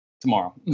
Tomorrow